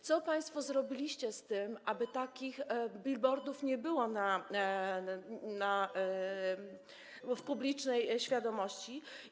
Co państwo zrobiliście z tym, aby takich billboardów nie było w publicznej świadomości?